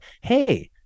hey